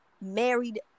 married